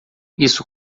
isso